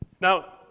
Now